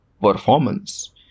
performance